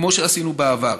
כמו שעשינו בעבר.